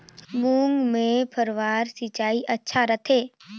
मूंग मे फव्वारा सिंचाई अच्छा रथे?